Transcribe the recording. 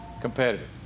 competitive